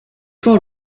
for